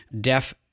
deaf